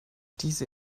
diese